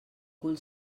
cul